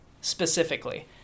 specifically